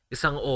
Isang